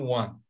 one